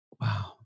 Wow